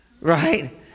right